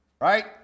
Right